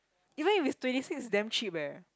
even if it's twenty six damn cheap eh